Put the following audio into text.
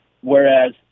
Whereas